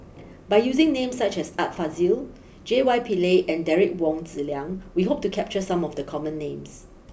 by using names such as Art Fazil J Y Pillay and Derek Wong Zi Liang we hope to capture some of the common names